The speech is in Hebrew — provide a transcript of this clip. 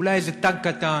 אולי איזה טנק קטן,